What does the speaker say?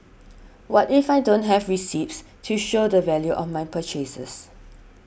what if I don't have receipts to show the value of my purchases